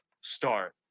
start